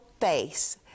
face